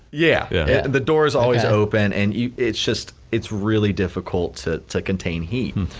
yeah yeah, the door is always open and it's just it's really difficult to to contain heat.